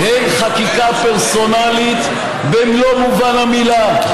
הן חקיקה פרסונלית במלוא מובן המילה,